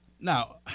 Now